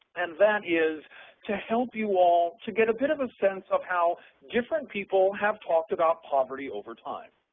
and that is to help you all to get a bit of a sense of how different people have talked about poverty over time.